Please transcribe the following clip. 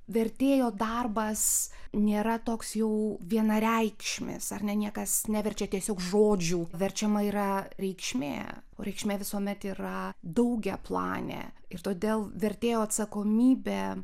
vertėjo darbas nėra toks jau vienareikšmis ar ne niekas neverčia tiesiog žodžių verčiama yra reikšmė o reikšmė visuomet yra daugiaplanė ir todėl vertėjo atsakomybė